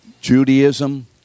Judaism